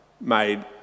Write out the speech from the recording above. made